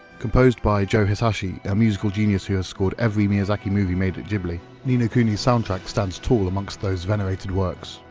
composed by joe hisashi, their musical genius who has scored every miyazaki movie made at ghibli, ni no kuni's soundtrack stands tall amongst those venerated works,